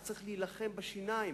איך צריך להילחם בשיניים,